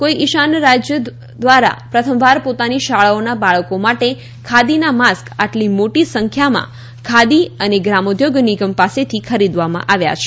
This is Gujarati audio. કોઈ ઇશાન રાજ્ય દ્વારા પ્રથમવાર પોતાની શાળાઓના બાળકો માટે ખાદીના માસ્ક આટલી મોટી સંખ્યામાં ખાદી અને ગ્રામોદ્યોગ નિગમ પાસેથી ખરીદવામાં આવ્યા છે